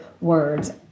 words